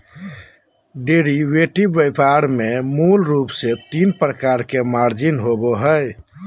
derivative व्यापार में मूल रूप से तीन प्रकार के मार्जिन होबो हइ